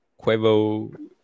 Quavo